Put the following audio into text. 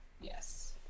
Yes